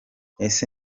ese